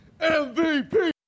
MVP